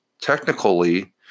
technically